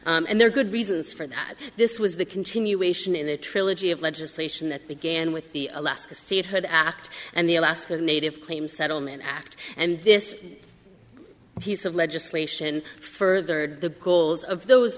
alaska and there are good reasons for that this was the continuation in a trilogy of legislation that began with the alaska seed hood act and the alaska native claims settlement act and this he's of legislation furthered the goals of those